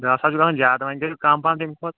دہ ساس چھُ گَژھان زیاد وۄنۍ کٔرِو کَم پَہن تَمہِ کھۄتہٕ